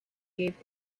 gave